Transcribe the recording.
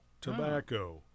tobacco